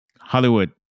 Hollywood